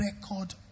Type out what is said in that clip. record